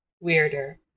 weirder